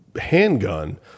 handgun